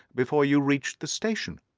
before you reached the station.